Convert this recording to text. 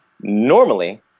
Normally